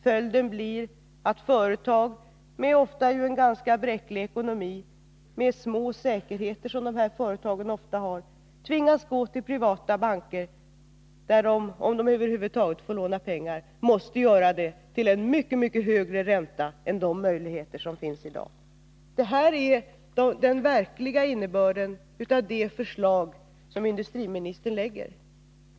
Följden blir att företag med ofta ganska bräcklig ekonomi och små säkerheter tvingas gå till privata banker, där de, om de över huvud taget får låna pengar, måste låna till mycket högre ränta än med de möjligheter som finns i dag. Detta är den verkliga innebörden av det förslag som industriministern lägger fram.